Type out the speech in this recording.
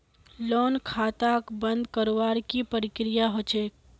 loan खाताक बंद करवार की प्रकिया ह छेक